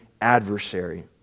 adversary